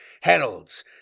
heralds